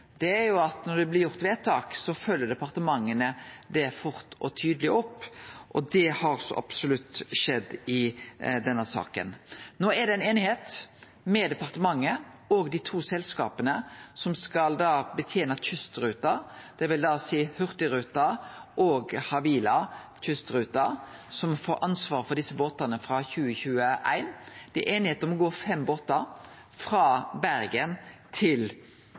er at når det blir gjort vedtak, så følgjer departementa det fort og tydeleg opp, og det har så absolutt skjedd i denne saka. No er det ei einighet mellom departementet og dei to selskapa som skal betene kystruta, dvs. Hurtigruten og Havila Kystruten, som får ansvar for desse båtane frå 2021. Det er einigheit om at det skal gå fem båtar frå Bergen til